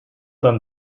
them